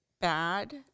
bad